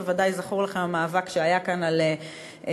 בוודאי זכור לכם המאבק שהיה כאן על תשלום